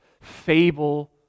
fable